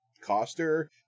coster